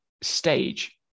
stage